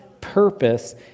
purpose